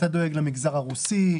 אתה דואג למגזר הרוסי,